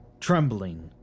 trembling—